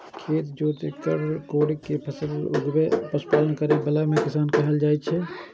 खेत जोति कोड़ि कें फसल उगाबै आ पशुपालन करै बला कें किसान कहल जाइ छै